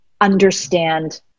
understand